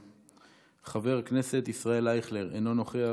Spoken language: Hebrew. חבר הכנסת ישראל אייכלר, אינו נוכח,